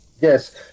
Yes